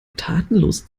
tatenlos